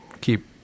keep